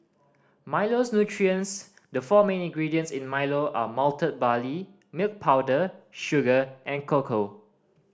Milo's nutrients the four main ingredients in Milo are malted barley milk powder sugar and cocoa